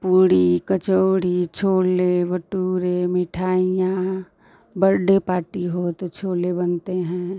पूड़ी कचौड़ी छोले भटूरे मिठाइयाँ birthday party हो तो छोले बनते हैं